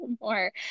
more